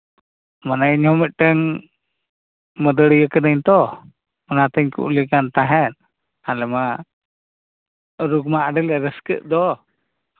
ᱢᱟᱱᱮ ᱤᱧᱦᱚᱸ ᱢᱤᱫᱴᱮᱱ ᱢᱟᱺᱫᱟᱹᱲᱤᱭᱟᱹ ᱠᱟᱹᱱᱟᱹᱧ ᱛᱚ ᱚᱱᱟ ᱛᱤᱧ ᱠᱩᱞᱤ ᱠᱟᱱ ᱛᱟᱦᱮᱸᱜ ᱟᱞᱮ ᱢᱟ ᱨᱩ ᱠᱚᱢᱟ ᱟᱹᱰᱤ ᱞᱮ ᱨᱟᱹᱥᱠᱟᱹᱜ ᱫᱚ